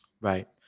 Right